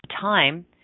time